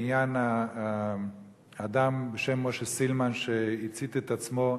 בעניין האדם בשם משה סילמן שהצית את עצמו,